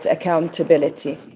accountability